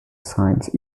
sides